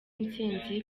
intsinzi